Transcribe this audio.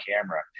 camera